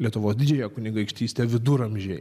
lietuvos didžiąją kunigaikštystę viduramžiai